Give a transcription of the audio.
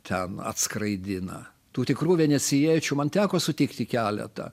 ten atskraidina tų tikrų venecijiečių man teko sutikti keletą